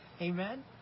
Amen